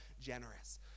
generous